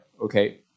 okay